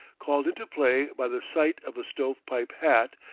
called into play by the sight of a stove-pipe hat,